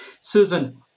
Susan